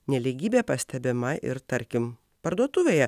nelygybė pastebima ir tarkim parduotuvėje